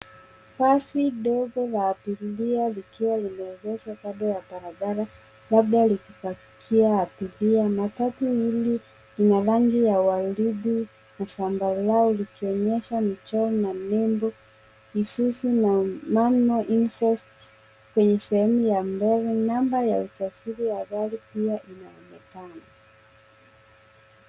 Basi dogo la abiria likiwa limeegeshwa kando ya barabara labda likipakia abiria. Matatu hili ni la rangi ya waridi na zambarau likionyesha michoro na nembo Isuzu na Manmo Invest kwenye sehemu ya mbele. Namba ya usajili wa gari pia inaonekana.